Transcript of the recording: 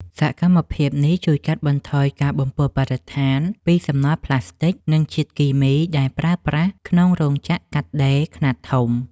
សកម្មភាពនេះជួយកាត់បន្ថយការបំពុលបរិស្ថានពីសំណល់ប្លាស្ទិក និងជាតិគីមីដែលប្រើប្រាស់ក្នុងរោងចក្រកាត់ដេរខ្នាតធំ។